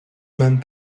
meant